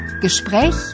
Gespräch